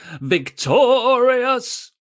Victorious